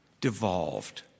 Devolved